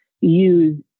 use